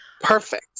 Perfect